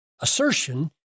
assertion